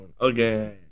again